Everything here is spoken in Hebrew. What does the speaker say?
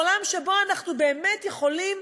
בעולם שבו אנחנו באמת יכולים